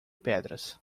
pedras